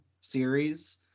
series